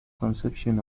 conception